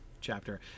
chapter